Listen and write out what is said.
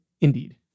Indeed